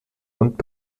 und